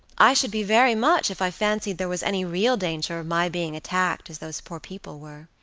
i should be very much if i fancied there was any real danger of my being attacked as those poor people were.